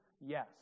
yes